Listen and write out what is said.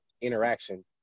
interaction